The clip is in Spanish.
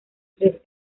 tres